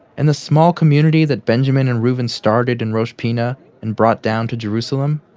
and the small community that benjamin and reuven started in rosh pinna and brought down to jerusalem?